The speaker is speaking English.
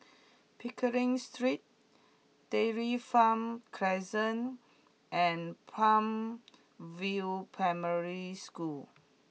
Pickering Street Dairy Farm Crescent and Palm View Primary School